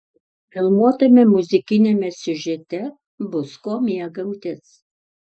filmuotame muzikiniame siužete bus kuo mėgautis